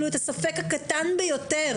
ולו את הספק הקטן ביותר,